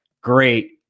great